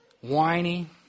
whiny